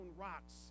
rocks